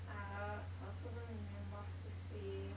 uh I also don't remember hard to say